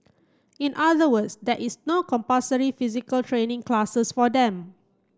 in other words there is no compulsory physical training classes for them